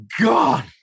God